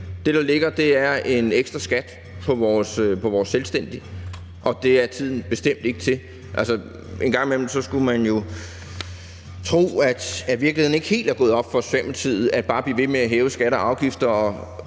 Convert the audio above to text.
Det, der ligger, er en ekstra skat på vores selvstændige, og det er tiden bestemt ikke til. Altså, en gang imellem skulle man jo tro, at virkeligheden ikke helt er gået op for Socialdemokratiet, når de bare bliver ved med at hæve skatter og afgifter.